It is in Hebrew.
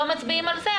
לא מצביעים על זה,